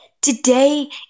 today